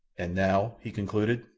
and now, he concluded,